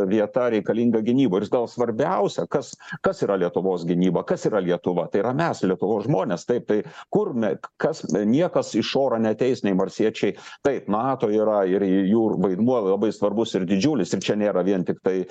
vieta reikalinga gynyboj ir gal svarbiausia kas kas yra lietuvos gynyba kas yra lietuva tai yra mes lietuvos žmonės taip tai kur me kas niekas iš oro neateis nei marsiečiai taip nato yra ir jų vaidmuo labai svarbus ir didžiulis ir čia nėra vien tiktai